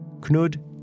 Knud